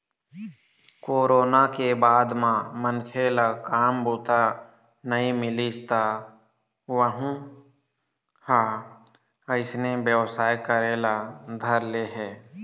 corona के बाद म मनखे ल काम बूता नइ मिलिस त वहूँ ह अइसने बेवसाय करे ल धर ले हे